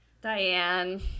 Diane